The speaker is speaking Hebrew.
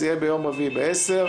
זה יהיה ביום רביעי ב-10:00.